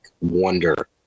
wonder